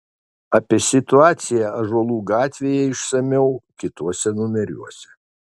apie situaciją ąžuolų gatvėje išsamiau kituose numeriuose